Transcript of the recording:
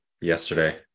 yesterday